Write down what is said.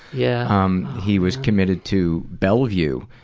yeah um he was committed to bellevue.